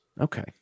Okay